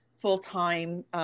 full-time